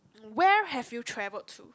where have you travelled to